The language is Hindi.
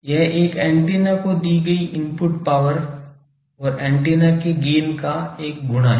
यह एक एंटीना को दी गई इनपुट पावर और एंटीना के गैन का एक गुणा है